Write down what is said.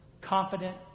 Confident